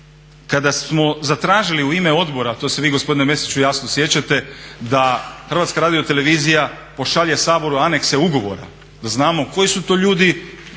Kada smo zatražili u ime odbora, a to se vi gospodine Mesiću jasno sjećate, da HRT pošalje Saboru anexe ugovora da znamo koji to ljudi